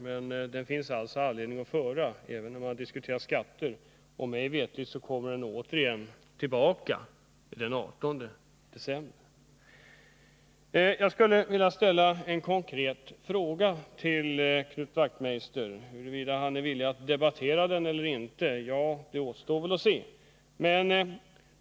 Men det finns alltså anledning att föra den även när man diskuterar skatter — och mig veterligt kommer en ny finansdebatt den 18 december. Jag skulle vilja ställa en konkret fråga till Knut Wachtmeister. Huruvida han är villig att besvara den återstår att se.